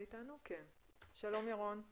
ירון.